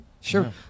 sure